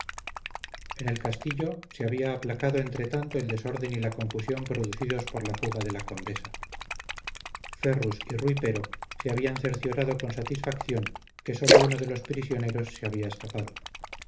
en el castillo se había aplacado entretanto el desorden y la confusión producidos por la fuga de la condesa ferrus y rui pero se habían cerciorado con satisfacción que sólo uno de los prisioneros se había escapado